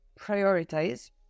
prioritize